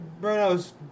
Bruno's